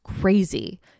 crazy